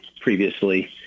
previously